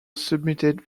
submitted